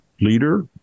leader